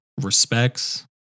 respects